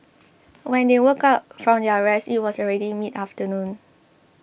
when they woke up from their rest it was already midafternoon